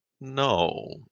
No